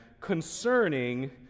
concerning